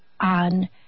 on